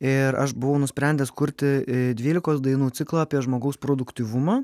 ir aš buvau nusprendęs kurti dvylikos dainų ciklą apie žmogaus produktyvumą